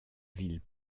ville